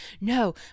no